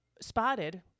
Spotted